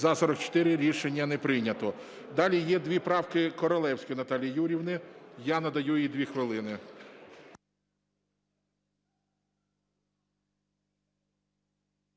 За-41 Рішення не прийнято. Далі. Є дві правки Королевської Наталії Юріївни. Я надаю їй 2 хвилини.